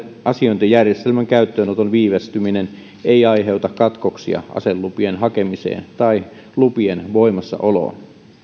asiointijärjestelmän käyttöönoton viivästyminen ei aiheuta katkoksia aselupien hakemiseen tai lupien voimassaoloon